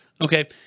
okay